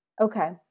okay